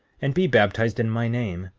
and be baptized in my name,